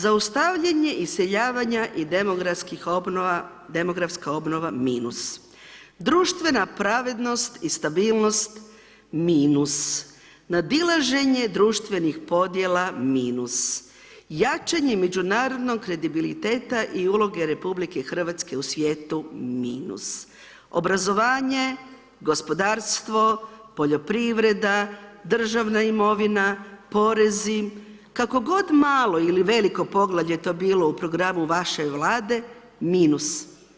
Zaustavljanje i iseljavanja demografskih obnova, demografska obnova, minus, društvena pravednost i stabilnost minus, nadilaženje društvenih podjela minus, jačanje međunarodnog kredibiliteta i uloge RH u svijetu minus, obrazovanje, gospodarstvo, poljoprivreda, državna imovina, poreza, kako god malo ili veliko poglavlje to bilo u programu vaše vlade, minus.